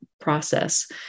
process